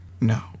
No